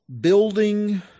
building